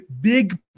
big